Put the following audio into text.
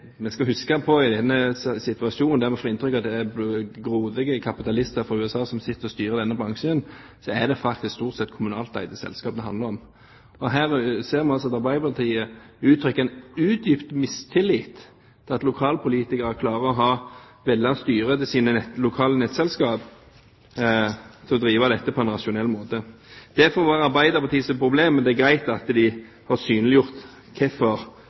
man får inntrykk av at det er grådige kapitalister fra USA som sitter og styrer i denne bransjen, er at det faktisk stort sett er kommunalt eide selskaper det handler om. Her ser man altså at Arbeiderpartiet uttrykker en utdypet mistillit til at lokalpolitikere klarer å velge styre til sine lokale nettselskap for å drive dette på en rasjonell måte. Det får være Arbeiderpartiets problem, men det er greit at de får synliggjort hvorfor